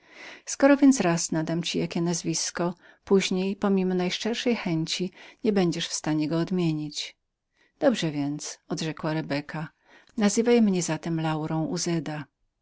skoro więc raz nadam ci jakie nazwisko później pomimo najszczerszej chęci nie będziesz w stanie go odmienić dobrze więc rzekła rebeka nazywaj mnie zatem